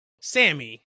Sammy